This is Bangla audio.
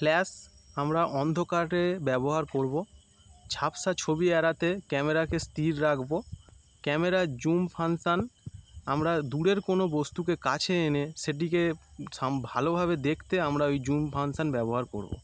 ফ্ল্যাস আমরা অন্ধকারে ব্যবহার করবো ঝাপসা ছবি এড়াতে ক্যামেরাকে স্থির রাখবো ক্যামেরা জুম ফানকশান আমরা দূরের কোনো বস্তুকে কাছে এনে সেটিকে সাম ভালোভাবে দেখতে আমরা ওই জুম ফানকশান ব্যবহার করবো